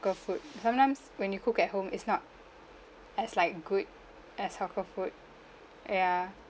food sometimes when you cook at home it's not as like good as hawker food uh ya